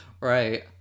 Right